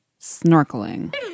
snorkeling